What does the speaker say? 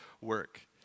work